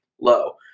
low